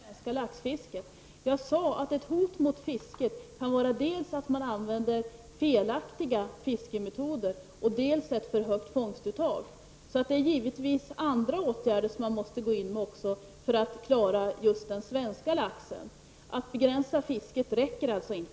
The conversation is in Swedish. Herr talman! Jag sade inte att vi skulle stoppa det svenska laxfisket. Jag sade att ett hot mot fisket kan vara dels att man använder felaktiga fiskemetoder, dels ett för högt fångstuttag. Man måste därför gå in också med andra åtgärder för att klara just den svenska laxen. Att begränsa fisket räcker alltså inte.